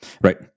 Right